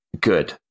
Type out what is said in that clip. Good